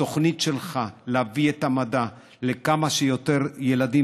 התוכנית שלך להביא את המדע לכמה שיותר ילדים